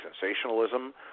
sensationalism